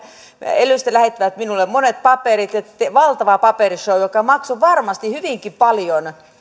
elystä lähettivät minulle monet paperit oli valtava paperishow joka maksoi varmasti hyvinkin paljon